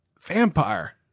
vampire